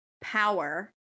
power